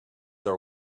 are